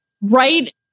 right